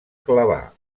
clavar